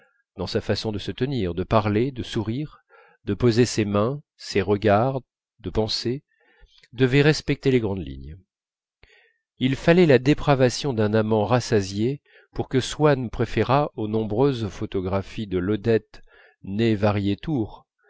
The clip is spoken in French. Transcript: dans sa façon de se tenir de parler de sourire de poser ses mains ses regards de penser devaient respecter les grandes lignes il fallait la dépravation d'un amant rassasié pour que swann préférât aux nombreuses photographies de l'odette ne